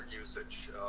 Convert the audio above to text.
usage